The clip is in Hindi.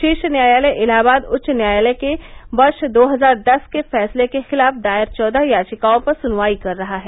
शीर्ष न्यायालय इलाहाबाद उच्च न्यायालय के वर्ष दो हजार दस के फैसले के खिलाफ दायर चौदह याचिकाओं पर सुनवाई कर रहा है